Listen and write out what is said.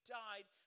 died